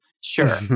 Sure